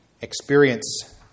experience